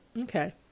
Okay